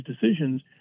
decisions